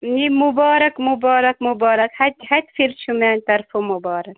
ہے مُبارک مُبارک مُبارک ہَتہِ ہَتہِ پھِرِ چھُو میٛانہِ طرفہٕ مُبارک